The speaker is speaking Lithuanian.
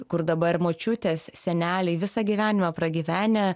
kur dabar močiutės seneliai visą gyvenimą pragyvenę